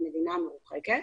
במדינה המרוחקת,